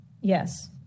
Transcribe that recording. Yes